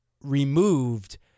removed